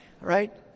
Right